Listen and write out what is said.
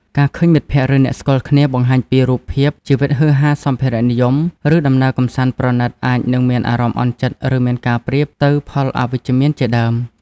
ការឃើញមិត្តភក្តិ ឬអ្នកស្គាល់គ្នាបង្ហាញពីរូបភាពជីវិតហ៊ឺហា សម្ភារៈនិយម ឬដំណើរកម្សាន្តប្រណីតអាចនិងមានអារម្មណ៍អន់ចិត្តឬមានការប្រៀបទៅផលអវីជ្ជមានជាដើម។